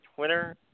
Twitter